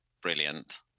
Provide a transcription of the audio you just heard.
brilliant